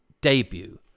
debut